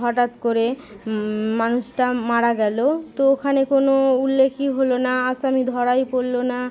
হটাৎ করে মানুষটা মারা গেল তো ওখানে কোনও উল্লেখই হলো না আসামি ধরাই পড়লো না